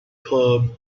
club